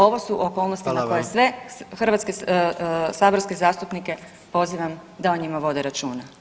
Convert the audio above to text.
Ovo su okolnosti na koje sve [[Upadica: Hvala vam.]] hrvatske saborske zastupnike pozivam da o njima vode računa.